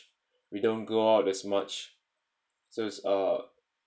we don't go out as much so it's uh